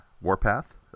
Warpath